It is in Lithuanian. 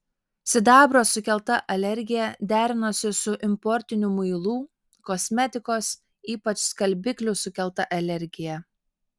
sidabro sukelta alergija derinosi su importinių muilų kosmetikos ypač skalbiklių sukelta alergija